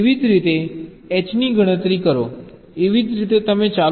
એવી જ રીતે તમે H ની ગણતરી કરો એવી જ રીતે તમે ચાલુ રાખો